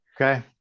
okay